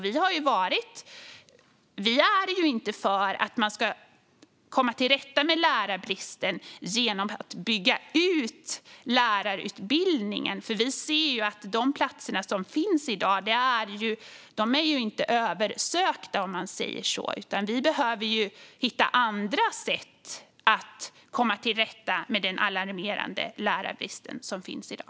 Vi är inte för att man ska komma till rätta med lärarbristen genom att bygga ut lärarutbildningen, för vi ser att de platser som finns i dag inte är översökta, om man säger så. Vi behöver hitta andra sätt att komma till rätta med den alarmerande lärarbrist som finns i dag.